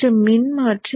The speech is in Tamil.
மற்றும் மின்மாற்றி